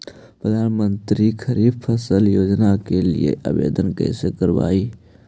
प्रधानमंत्री खारिफ फ़सल योजना के लिए आवेदन कैसे करबइ?